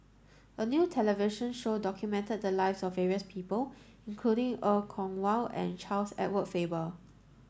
a new television show documented the lives of various people including Er Kwong Wah and Charles Edward Faber